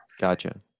Gotcha